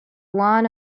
one